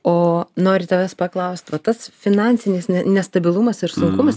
o noriu tavęs paklausti o tas finansinis nestabilumas ir sunkumas